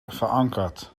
verankerd